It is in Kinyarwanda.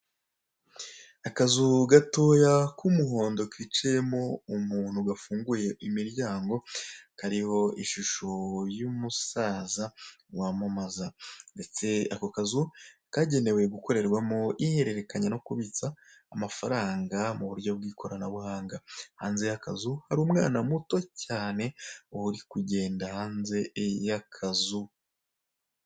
Akazu gatoya k'umuhondo kicayemo umuntu gafunguye imiryango kariho ishusho y'umusaza wamamaza, ndetse ako kazu kagenewe gukorerwamo ihererekanya no kubitsa amafaranga mu buryo bw'ikoranabuhanga hanze y'akazu hari umwana muto cyane uri kugenda hanze y'akazu.